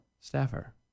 staffer